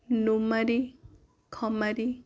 ନୁମାରି Khamari